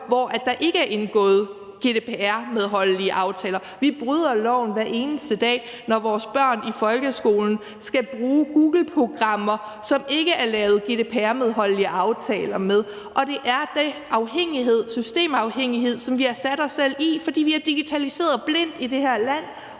hvor der ikke er indgået GDPR-medholdelige aftaler. Vi bryder loven hver eneste dag, når vores børn i folkeskolen skal bruge googleprogrammer, som der ikke er lavet GDPR-medholdelige aftaler med. Og det er den systemafhængighed, som vi har sat os selv i, fordi vi har digitaliseret blindt i det her land